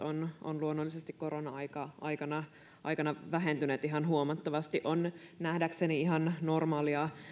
ovat luonnollisesti korona aikana aikana vähentyneet ihan huomattavasti on nähdäkseni ihan normaalia